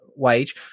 Wage